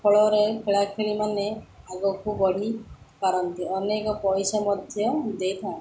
ଫଳରେ ଖେଳାଖେଳିମାନେ ଆଗକୁ ବଢ଼ି ପାରନ୍ତି ଅନେକ ପଇସା ମଧ୍ୟ ଦେଇଥାନ୍ତି